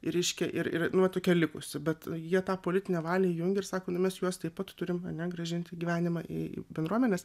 ir reiškia ir ir nu vat tokia likusi bet jie tą politinę valią jungia ir sako na mes juos taip pat turim ane grąžint gyvenimą į bendruomenes